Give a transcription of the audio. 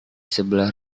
sebelah